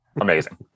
amazing